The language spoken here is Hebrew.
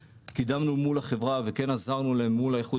קידמנו מול החברה ועזרנו להם מול האיחוד